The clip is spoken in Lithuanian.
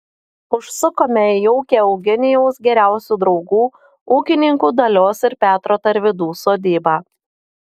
užsukome į jaukią eugenijaus geriausių draugų ūkininkų dalios ir petro tarvydų sodybą